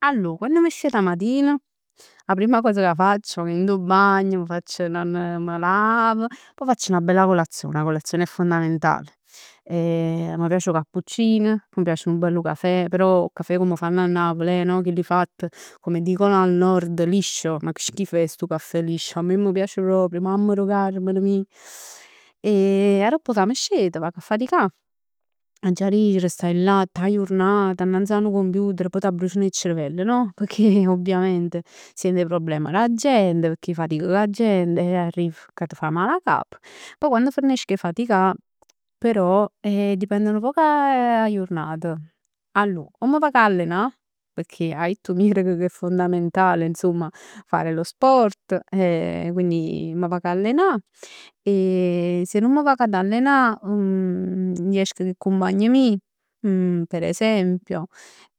Allor quann m' scet 'a matin 'a primm cos ca facc, vag dint 'o bagn, m' facc 'na, m' lav, poi facc 'na bella colazione. 'A colazione è fondamentale. M' piace 'o cappuccin, m' piace nu bell cafè. Però 'o cafè comm 'o fann a Napl eh, no chill fatt, come dicono al Nord liscio, ma che schif è stu caffè liscio, a me nun m' piac proprj, mamma d' 'o Carmine mij. E aropp ca m' scet vag 'a faticà, aggia dicere, stai là tutt 'a jurnat annanz 'a nu computer, poi t'abbrucian 'e cerevell no? Pecchè ovviamente, sient 'e problem d' 'a gent, pecchè fatic cu 'a gent e arriv ca t' fa mal 'a capa. Poi quann fernesc 'e faticà però e dipende nu poc 'a jurnat. Allor. O m' vag 'a allenà, pecchè 'a ditt 'o miereco che è fondamentale insomma fare lo sport e quindi m' vag 'a allenà. E si nun m' vag ad allenà, jesc cu 'e cumpagne meje, per esempio.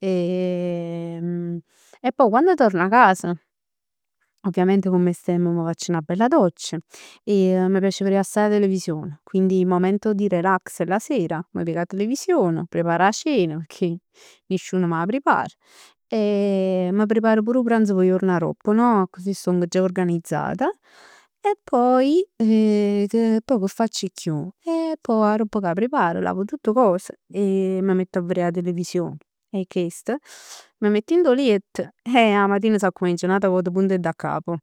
E poi quann torn 'a casa, ovviamente comm 'e semp m' facc 'na bella doccia e m' piace verè assaje 'a televisione, quindi momento di relax la sera, m' veg 'a televisione, preparo 'a cena, pecchè nisciun m' 'a prepar e m' prepar pur 'o pranz p' 'o juorn aropp no? Accussì stong già organizzata. E poi che t'. E poi che facc chiù? E poj aropp ca preparo lavo tutt cos e m' mett 'a verè 'a television. E chest. M' mett dint 'o liett e 'a matin s'accumenc n'ata vot punto e daccapo.